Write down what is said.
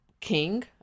king